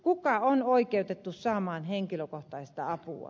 kuka on oikeutettu saamaan henkilökohtaista apua